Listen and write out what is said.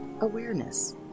awareness